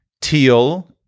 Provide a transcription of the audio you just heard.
Teal